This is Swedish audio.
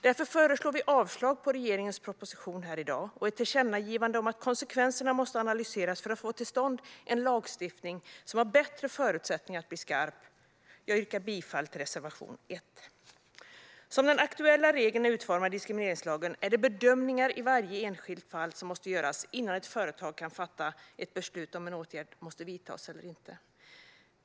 Därför föreslår vi avslag på regeringens proposition i dag och ett tillkännagivande om att konsekvenserna måste analyseras för att få till stånd en lagstiftning som har bättre förutsättningar att bli skarp. Jag yrkar bifall till reservation 1. Som den aktuella regeln är utformad i diskrimineringslagen är det bedömningar i varje enskilt fall som måste göras innan ett företag kan fatta ett beslut om en åtgärd måste vidtas eller inte.